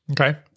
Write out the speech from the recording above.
Okay